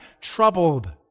troubled